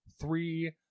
three